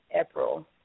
April